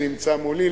שנמצא מולי,